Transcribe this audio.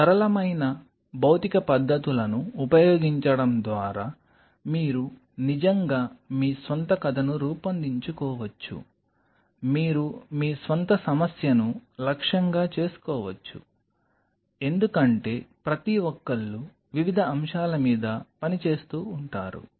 సరళమైన భౌతిక పద్ధతులను ఉపయోగించడం ద్వారా మీరు నిజంగా మీ స్వంత కథను రూపొందించుకోవచ్చు మీరు మీ స్వంత సమస్యను లక్ష్యంగా చేసుకోవచ్చు ఎందుకంటే ప్రతి ఒక్కళ్ళు వివిధ అంశాల మీద పనిచేస్తు ఉంటారు